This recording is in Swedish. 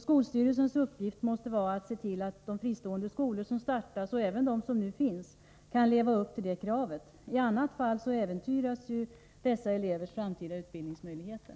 Skolstyrelsens uppgift måste vara att se till att de fristående skolor som startas, och även de som nu finns, kan leva upp till det kravet. I annat fall äventyras dessa elevers framtida utbildningsmöjligheter.